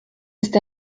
ist